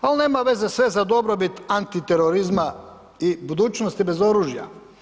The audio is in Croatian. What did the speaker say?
Ali nema veze sve za dobrobit antiterorizma i budućnosti bez oružja.